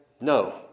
no